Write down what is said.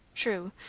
true,